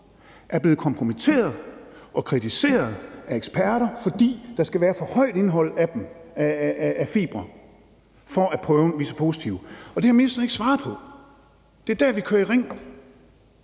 er blevet kompromitteret og kritiseret af eksperter, fordi der skal være et højt indhold af fibre i dem, for at prøven viser positivt – og det har ministeren ikke svaret på. Det er der, vi kører i ring.